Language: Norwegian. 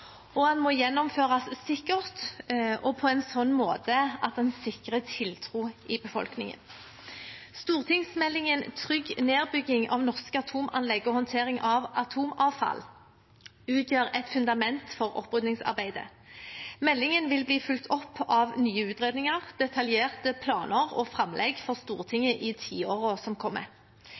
Og den må gjennomføres sikkert og på en slik måte at den sikrer tiltro i befolkningen. Stortingsmeldingen «Trygg nedbygging av norske atomanlegg og håndtering av atomavfall» utgjør et fundament for oppryddingsarbeidet. Meldingen vil bli fulgt opp av nye utredninger, detaljerte planer og framlegg for Stortinget i tiårene som kommer.